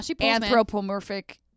anthropomorphic